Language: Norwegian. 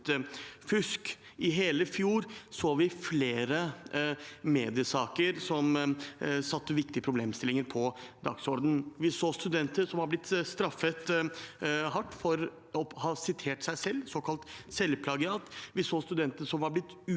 fusk. I hele fjor så vi flere mediesaker som satte viktige problemstillinger på dagsordenen. Vi så studenter som har blitt straffet hardt for å ha sitert seg selv, såkalt selvplagiat. Vi så studenter som har blitt utestengt